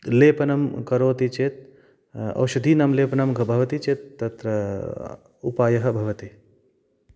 लेपनं करोति चेत् ओषधीनां लेपनं क् भवति चेत् तत्र उपायः भवति